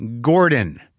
Gordon